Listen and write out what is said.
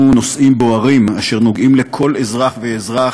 נושאים בוערים אשר נוגעים לכל אזרח ואזרח,